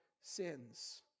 sins